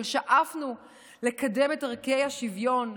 אבל שאפנו לקדם את ערכי השוויון.